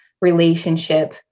relationship